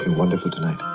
and wonderful tonight!